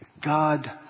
God